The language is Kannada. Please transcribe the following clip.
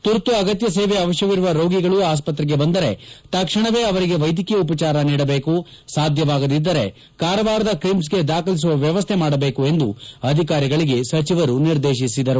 ತುರ್ತು ಆರೋಗ್ಯ ಸೇವೆ ಆವಶ್ವವಿರುವ ರೋಗಿಗಳು ಆಸ್ಪತ್ರೆಗೆ ಬಂದರೆ ತಕ್ಷಣವೇ ಆವರಿಗೆ ವೈದ್ಯಕೀಯ ಉಪಚಾರ ನೀಡಬೇಕು ಸಾಧ್ಯವಾಗದಿದ್ದರೆ ಕಾರವಾರದ ಕ್ರಿಮ್ಗೆ ದಾಖಲಿಸುವ ವ್ಯವಸ್ಥೆ ಮಾಡಬೇಕು ಎಂದು ಅಧಿಕಾರಿಗಳಿಗೆ ಸಚಿವರು ನಿರ್ದೇಶಿಸಿದರು